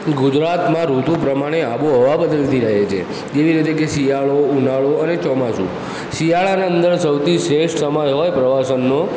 ગુજરાતમાં ઋતુ પ્રમાણે આબોહવા બદલાતી રહે છે જેવી રીતે કે શિયાળો ઉનાળો અને ચોમાસું શિયાળાના અંદર સૌથી શ્રેષ્ઠ સમય હોય પ્રવાસનનો